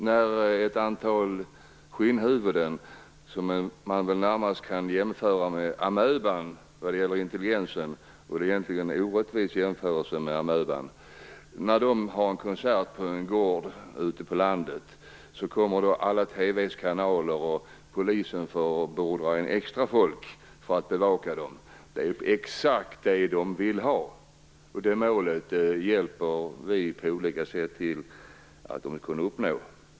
När ett antal skinnhuvuden, som man närmast kan jämföra med amöban vad gäller intelligensen - egentligen är det orättvist mot amöban - har en konsert på en gård ute på landet kommer alla TV-kanaler och polisen beordrar extra folk för att bevaka dem. Det är exakt vad de vill ha. Det målet hjälper vi på olika sätt dem att uppnå.